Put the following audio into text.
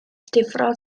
difrod